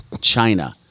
China